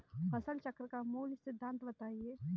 फसल चक्र का मूल सिद्धांत बताएँ?